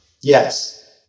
Yes